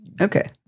Okay